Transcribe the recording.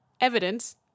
evidence